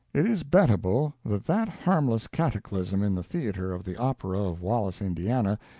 it is bettable that that harmless cataclysm in the theater of the opera of wallace, indiana,